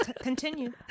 Continue